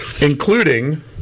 including